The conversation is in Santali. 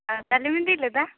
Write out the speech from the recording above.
ᱫᱟᱹᱞᱮᱢ ᱤᱫᱤ ᱞᱮᱫᱟ